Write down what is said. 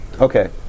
Okay